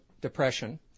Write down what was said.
depression